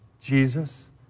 Jesus